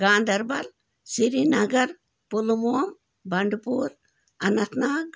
Ganderbal Srinagar Pulwama Bandipora Anant Nag